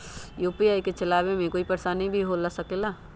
UPI के चलावे मे कोई परेशानी भी हो सकेला?